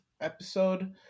episode